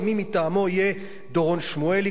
ה"מי מטעמו" יהיה דורון שמואלי,